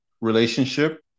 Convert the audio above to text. relationship